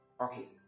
Okay